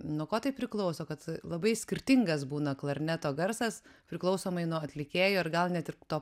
nuo ko tai priklauso kad labai skirtingas būna klarneto garsas priklausomai nuo atlikėjo ir gal net ir to